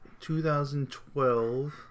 2012